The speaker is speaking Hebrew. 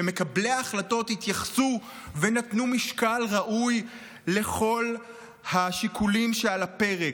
ושמקבלי ההחלטות התייחסו ונתנו משקל ראוי לכל השיקולים שעל הפרק.